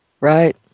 right